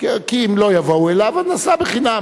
כי אם לא יבואו אליו, אז נסע בחינם.